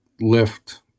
lift